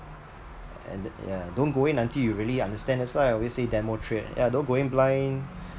and then yeah don't go in until you really understand that's why I always say demo trade ya don't go in blind